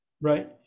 Right